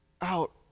out